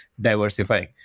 diversifying